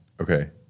Okay